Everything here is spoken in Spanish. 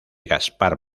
gaspar